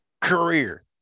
career